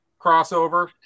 crossover